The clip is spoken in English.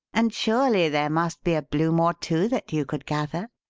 and surely there must be a bloom or two that you could gather?